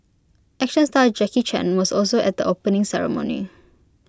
action star Jackie chan was also at the opening ceremony